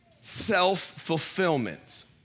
self-fulfillment